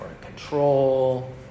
control